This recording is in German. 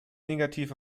negativ